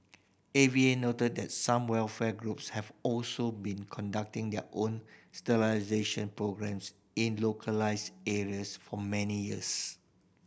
A V A noted that some welfare groups have also been conducting their own sterilisation programmes in localised areas for many years